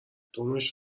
دمش